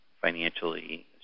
financially